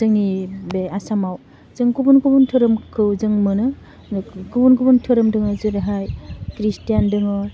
जोंनि बे आसामाव जों गुबुन गुबुन धोरोमखौ जों मोनो गुबुन गुबुन धोरोम दङ जेरैहाय खृष्टीयान दङ